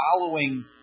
following